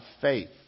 faith